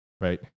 right